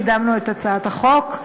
קידמנו את הצעת החוק.